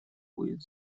будет